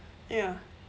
ya